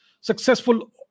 successful